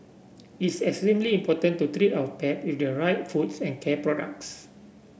it's extremely important to treat our pet with the right foods and care products